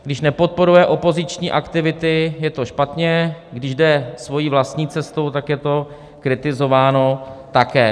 Když nepodporuje opoziční aktivity, je to špatně, když jdeme svojí vlastní cestou, tak je to kritizováno také.